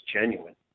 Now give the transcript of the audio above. genuine